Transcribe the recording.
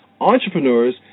entrepreneurs